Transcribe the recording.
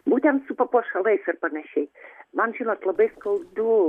būtent su papuošalais ir panašiai man žinot labai skaudu